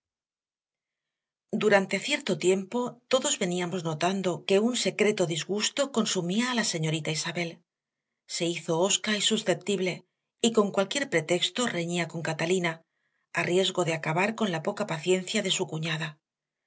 durante cierto tiempo todos veníamos notando que un secreto disgusto consumía a la señorita isabel se hizo hosca y susceptible y con cualquier pretexto reñía con catalina a riesgo de acabar con la poca paciencia de su cuñada